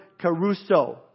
caruso